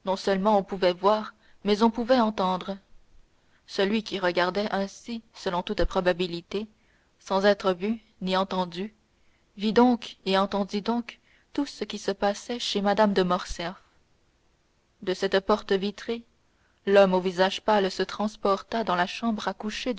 seulement on pouvait voir mais on pouvait entendre celui qui regardait ainsi selon toute probabilité sans être vu ni entendu vit donc et entendit donc tout ce qui se passait chez mme de morcerf de cette porte vitrée l'homme au visage pâle se transporta dans la chambre à coucher